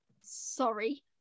sorry